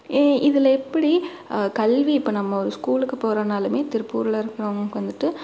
இதில் எப்படி கல்வி இப்போ நம்ம ஒரு ஸ்கூலுக்கு போகறோம்னாலுமே திருப்பூரில் இருக்கிறவங்களுக்கு வந்துவிட்டு